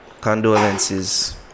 condolences